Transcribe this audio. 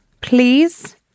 please